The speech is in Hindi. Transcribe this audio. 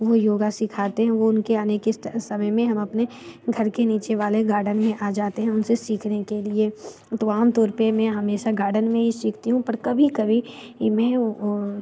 वो योग सीखाते हैं वो उनके आने के समय में हम अपने घर के नीचे वाले गार्डन में आ जाते हैं उन से सीखने के लिए तो आम तौर पर मैं हमेशा गार्डन में ही सीखती हूँ पर कभी कभी मैं वो